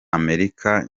amerika